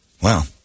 Wow